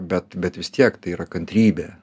bet bet vis tiek tai yra kantrybė